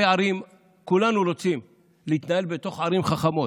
כולנו רוצים להתנהל בתוך ערים חכמות.